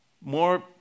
more